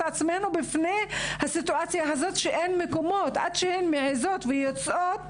עצמנו בפני סיטואציה שעד שהן מעזות ויוצאות,